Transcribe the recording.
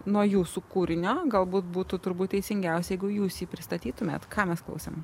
nuo jūsų kūrinio galbūt būtų turbūt teisingiausia jeigu jūs pristatytumėt ką mes klausėm